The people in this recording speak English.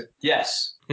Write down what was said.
Yes